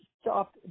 stop